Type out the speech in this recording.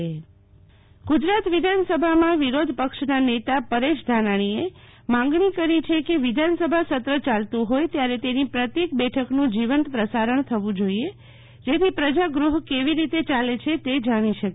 શીતલ વૈશ્વવ પરેશ ધાનાણી ગુજરાત વિધાનસભા માં વિરોધપક્ષ ના નેતા પરેશ ધાનાણીએ માંગણી કરી છે કે વિધાનસભા સત્ર યાલતું હોય ત્યારે તેની પ્રત્યેક બેઠક નું જીવંત પ્રસારણ થવું જોઈએ જેથી પ્રજા ગૃહ કેવી રીતે યાલે છે તે જાણી શકે